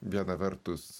viena vertus